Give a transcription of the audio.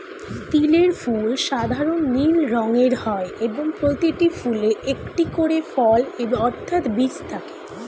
তিলের ফুল সাধারণ নীল রঙের হয় এবং প্রতিটি ফুলে একটি করে ফল অর্থাৎ বীজ থাকে